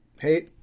Hey